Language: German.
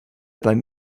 beim